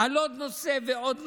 על עוד נושא ועוד נושא,